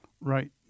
Right